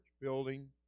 building